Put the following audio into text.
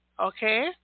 Okay